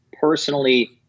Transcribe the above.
personally